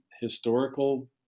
historical